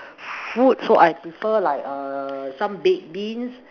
food so I prefer like err some baked beans